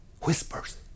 Whispers